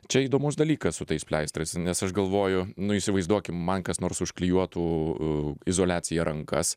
čia įdomus dalykas su tais pleistrais nes aš galvoju nu įsivaizduokim man kas nors užklijuotų izoliacija rankas